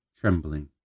trembling